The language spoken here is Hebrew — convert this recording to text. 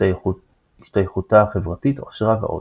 השתייכותה החברתית, עושרה ועוד.